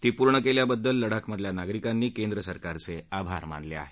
ती पूर्ण केल्याबद्दल लडाखमधल्या नागरिकांनी केंद्र सरकारचे आभार मानले आहेत